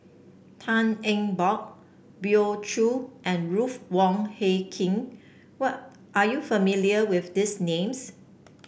Tan Eng Bock Hoey Choo and Ruth Wong Hie King what are you familiar with these names